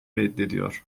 reddediyor